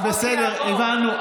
בסדר, הבנו.